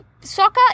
soccer